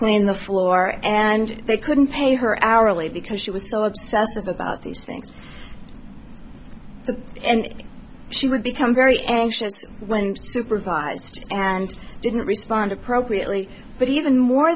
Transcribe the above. clean the floor and they couldn't pay her hourly because she was asked about these things and she would become very anxious when supervised and didn't respond appropriately but even more